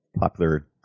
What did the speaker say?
popular